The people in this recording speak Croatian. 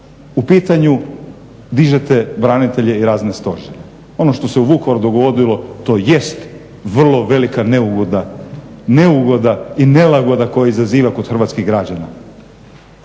u pitanju dižete branitelje i razne stožere. Ono što se u Vukovaru dogodilo to jest vrlo velika neugoda i nelagoda koja izaziva kod hrvatskih građana.